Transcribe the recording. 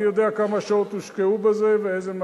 אני יודע כמה שעות הושקעו בזה ואיזה מאמץ.